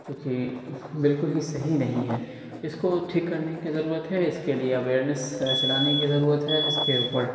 چونکہ بالکل ہی صحیح نہیں ہے اس کو ٹھیک کرنے کی ضرورت ہے اس کے لیے اویئرنیس چلانے کی ضرورت ہے اس کے اوپر